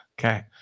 Okay